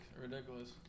ridiculous